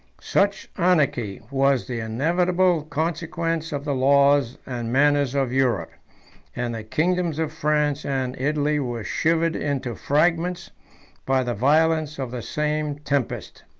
such anarchy was the inevitable consequence of the laws and manners of europe and the kingdoms of france and italy were shivered into fragments by the violence of the same tempest.